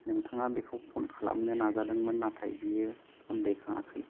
नोंथाङा बेखौ फन खालामनो नाजादोंमोन नाथाइ बियो फन दैखाङाखै